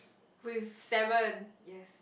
with seven yes